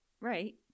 Right